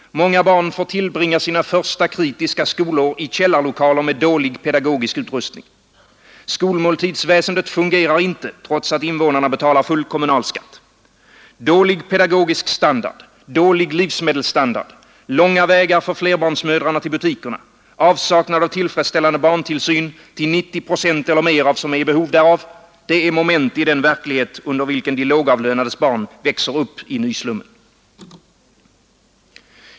Många barn får tillbringa sina första kritiska skolår i källarlokaler med dålig pedagogisk utrustning. Skolmåltidsväsendet fungerar inte, trots att invånarna betalar full kommunalskatt. Dålig pedagogisk standard, dålig livsmedelsstandard, långa vägar för flerbarnsmödrarna till butikerna, avsaknad av tillfredsställande barntillsyn till 90 procent eller mer för dem som är i behov därav — detta är moment i den verklighet under vilken de lågavlönades barn växer upp i nyslummen.